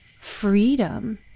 freedom